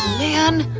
man.